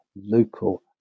local